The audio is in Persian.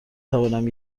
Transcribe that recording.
توانم